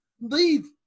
leave